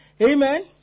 Amen